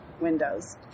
windows